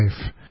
life